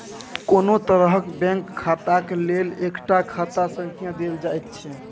कोनो तरहक बैंक खाताक लेल एकटा खाता संख्या देल जाइत छै